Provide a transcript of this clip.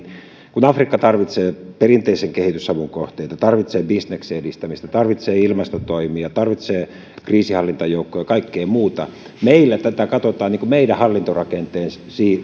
afrikka tarvitsee perinteisen kehitysavun kohteita tarvitsee bisneksen edistämistä tarvitsee ilmastotoimia tarvitsee kriisinhallintajoukkoja kaikkea muuta meillä tätä katsotaan meidän hallintorakenteemme